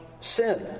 sin